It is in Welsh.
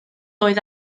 oedd